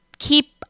Keep